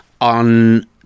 on